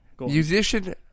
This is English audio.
Musician